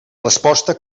resposta